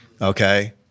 Okay